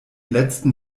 letzten